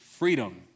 freedom